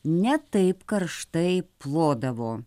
ne taip karštai plodavo